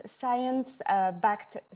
science-backed